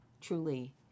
truly